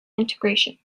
integration